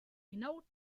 genau